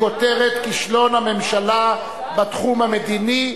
בכותרת: כישלון הממשלה בתחום המדיני,